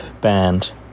band